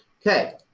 ok,